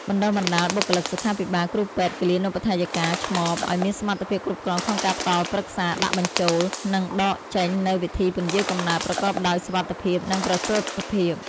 បណ្ដុះបណ្ដាលបុគ្គលិកសុខាភិបាល គ្រូពេទ្យ គិលានុបដ្ឋាយិកា ឆ្មប ឱ្យមានសមត្ថភាពគ្រប់គ្រាន់ក្នុងការផ្ដល់ប្រឹក្សា ដាក់បញ្ចូល និងដកចេញនូវវិធីពន្យារកំណើតប្រកបដោយសុវត្ថិភាព និងប្រសិទ្ធភាព ។